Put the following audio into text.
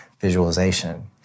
visualization